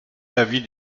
l’avis